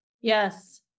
Yes